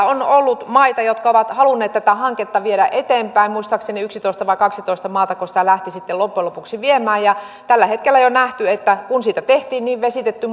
on ollut maita jotka ovat halunneet tätä hanketta viedä eteenpäin muistaakseni yksitoista vai kaksitoista maatako sitä lähti sitten loppujen lopuksi viemään tällä hetkellä on jo nähty että kun siitä tehtiin niin vesitetty